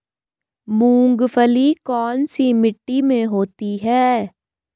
मूंगफली कौन सी मिट्टी में होती है?